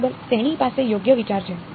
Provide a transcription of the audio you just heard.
બરાબર તેની પાસે યોગ્ય વિચાર છે